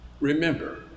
Remember